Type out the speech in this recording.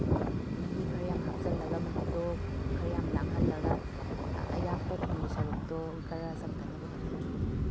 ꯃꯍꯤ ꯈꯔꯌꯥꯝ ꯍꯥꯞꯆꯜꯂꯒ ꯃꯍꯤꯗꯣ ꯈꯔꯌꯥꯝ ꯂꯥꯡꯍꯜꯂꯒ ꯑꯌꯥꯛꯄ ꯊꯨꯝꯒꯤ ꯁꯔꯨꯛꯇꯣ ꯈꯔ ꯆꯝꯊꯅꯕ ꯍꯣꯠꯅꯈꯤ